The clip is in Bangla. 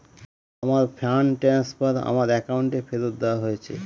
আমার ফান্ড ট্রান্সফার আমার অ্যাকাউন্টে ফেরত দেওয়া হয়েছে